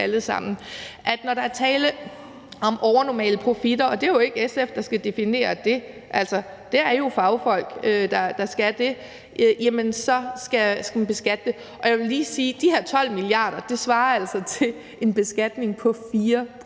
alle sammen. Når der er tale om overnormale profitter – og det er jo ikke SF, der skal definere det, for det er fagfolk, der skal det – skal man beskatte det. Og jeg vil lige sige, at de her 12 mia. kr. altså svarer til en beskatning på 4